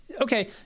Okay